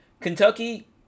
Kentucky